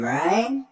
right